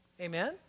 Amen